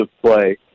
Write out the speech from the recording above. play